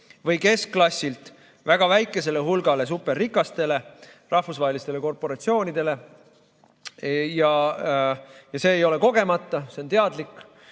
või keskklassilt väga väikesele hulgale superrikastele, rahvusvahelistele korporatsioonidele. See ei ole kogemata, see on teadlik.